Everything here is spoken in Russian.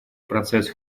процесс